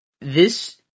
this-